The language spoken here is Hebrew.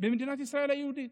ממדינת ישראל היהודית.